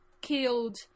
killed